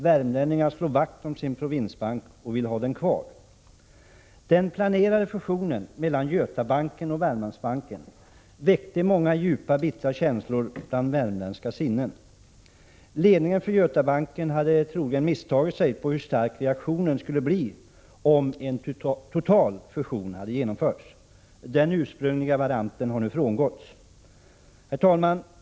Värmlänningarna slår vakt om sin provinsbank och vill ha den kvar. Den planerade fusionen mellan Götabanken och Värmlandsbanken väckte många djupa och bittra känslor i värmländska sinnen. Ledningen för Götabanken hade troligen misstagit sig på hur stark reaktionen skulle bli om en total fusion hade genomförts. Den ursprungliga varianten har nu frångåtts. Herr talman!